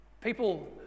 people